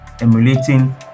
emulating